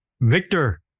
Victor